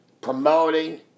promoting